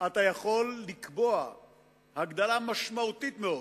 אתה יכול לקבוע הגדלה משמעותית מאוד